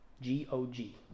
G-O-G